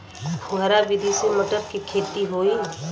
फुहरा विधि से मटर के खेती होई